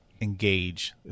engage